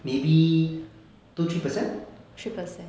maybe two three percent